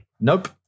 Nope